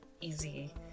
easy